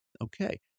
okay